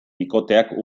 bikoteak